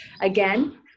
again